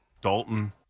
Dalton